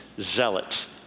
Zealots